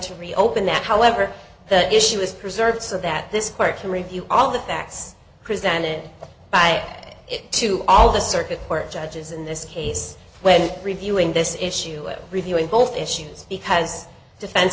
to reopen that however the issue is preserved so that this court can review all the facts presented by it to all the circuit court judges in this case when reviewing this issue it reviewing both issues because defense